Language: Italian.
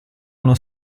uno